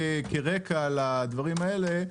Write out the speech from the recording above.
כרקע לדברים האלה,